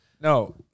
No